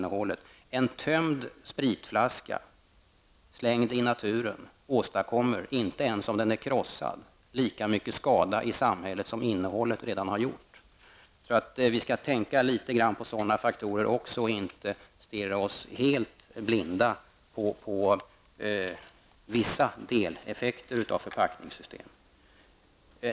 En tömd spritflaska slängd i naturen åstadkommer inte ens om den är krossad lika mycket skada i samhället som innehållet redan har gjort. Vi skall tänka litet grand på sådana faktorer också och inte stirra oss helt blinda på vissa deleffekter av förpackningssystemen.